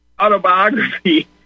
autobiography